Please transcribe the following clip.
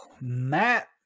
Matt